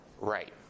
right